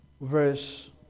verse